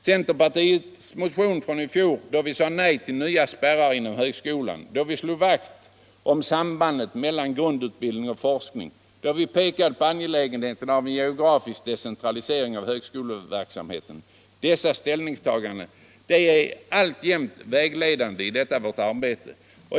Centerpartiets motion från i fjol, då vi sade nej till nya spärrar inom högskolan, då vi slog vakt om sambandet mellan grundutbildning och forskning och då vi pekade på angelägenheten av en geografisk decentralisering av högskoleverksamheten, är alltjämt vägledande i vårt arbete.